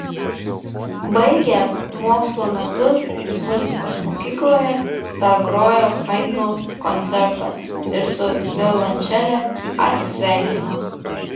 baigęs mokslo metus muzikos mokykloje dar grojo haidno koncertą ir su violončele atsisveikino